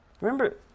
Remember